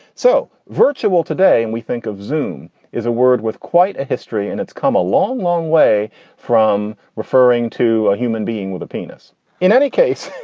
so virtual today and we think of zoome is a word with quite a history. and it's come a long, long way from referring to a human being with a penis in any case,